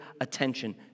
attention